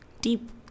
deep